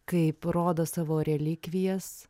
kaip rodo savo relikvijas